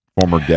former